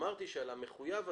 אמרתי שעל ה-מחויב הזה,